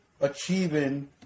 achieving